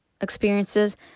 experiences